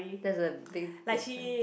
that's a big difference